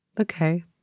Okay